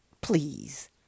Please